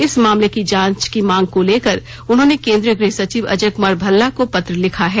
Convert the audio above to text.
इस मामले की जांच की मांग को लेकर उन्होंने केंद्रीय गृह सचिव अजय कुमार भल्ला को पत्र लिखा है